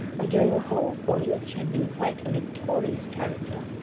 and during the whole voyage had been quite a notorious character,